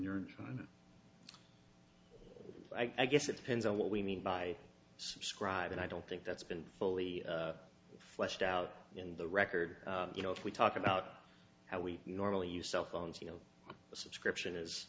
you're trying to i guess it depends on what we mean by subscribe and i don't think that's been fully fleshed out in the record you know if we talk about how we normally use cell phones you know a subscription is